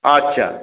আচ্ছা